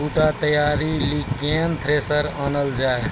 बूटा तैयारी ली केन थ्रेसर आनलऽ जाए?